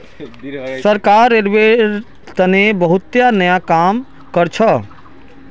सरकार रेलवेर तने बहुतला नया काम भी करछ